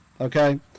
Okay